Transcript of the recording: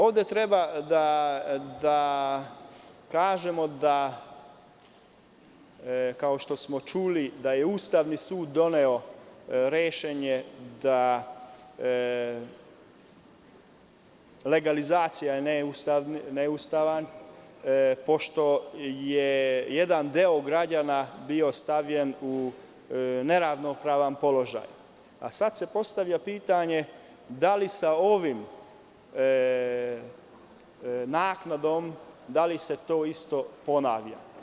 Ovde treba da kažemo, kao što smo čuli, da je Ustavni sud doneo rešenje da je legalizacija neustavna pošto je jedan deo građana bio stavljen u neravnopravan položaj, a sada se postavlja pitanje – da li se sa ovom naknadom to isto ponavlja?